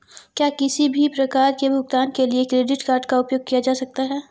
क्या किसी भी प्रकार के भुगतान के लिए क्रेडिट कार्ड का उपयोग किया जा सकता है?